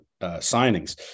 signings